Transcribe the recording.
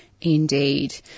Indeed